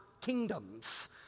kingdoms